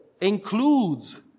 includes